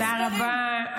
תודה רבה.